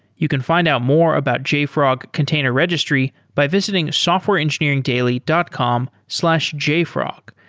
you can find out more about jfrog container registry by visiting softwareengineeringdaily dot com slash jfrog.